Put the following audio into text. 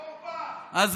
אורבך, תחליף את האוטו מחר.